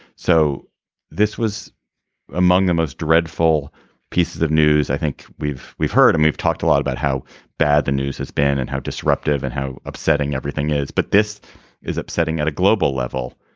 so this was among the most dreadful pieces of news i think we've we've heard and we've talked a lot about how bad the news has been and how disruptive and how upsetting everything is. but this is upsetting at a global level.